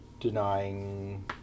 denying